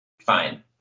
fine